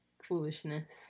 Foolishness